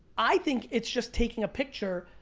i think it's just taking a picture.